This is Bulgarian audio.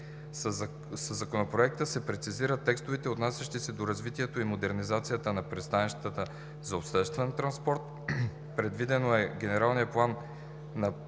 Със Законопроекта се прецизират текстовете, отнасящи се до развитието и модернизацията на пристанищата за обществен транспорт. Предвидено е генералния план на